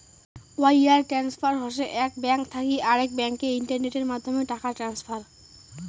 wire transfer হসে এক bank থাকি আরেক ব্যাংকে ইন্টারনেটের মাধ্যমে টাকা ট্রান্সফার